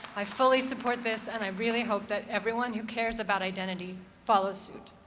i fully support this and i really hope that everyone who cares about identity follows suit.